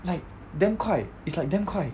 like damn 快 it's like damn 快